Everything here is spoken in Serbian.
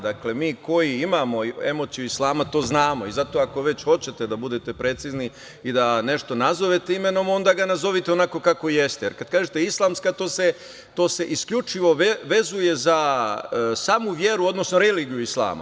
Dakle, mi koji imamo emociju islama to znamo i zato, ako već hoćete da budete precizni i da nešto nazovete imenom, onda ga nazovite onako kako jeste, jer kada kažete „islamska“, to se isključivo vezuje za samu veru, odnosno religiju islama.